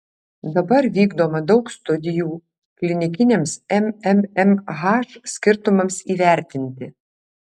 dabar vykdoma daug studijų klinikiniams mmmh skirtumams įvertinti